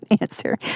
answer